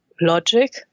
logic